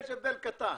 יש הבדל קטן.